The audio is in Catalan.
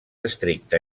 estricta